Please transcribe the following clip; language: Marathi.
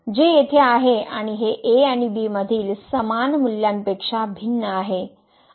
जे येथे आहे आणि हे a आणि b मधील समान मूल्यांपेक्षा भिन्न आहे